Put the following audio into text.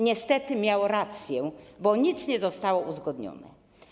Niestety, miał rację, bo nic nie zostało uzgodnione.